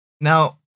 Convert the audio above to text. Now